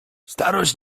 starość